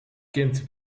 kind